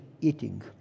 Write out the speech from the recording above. eating